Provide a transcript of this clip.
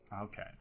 Okay